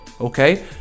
okay